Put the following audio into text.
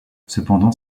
cependant